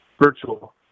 virtual